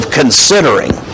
considering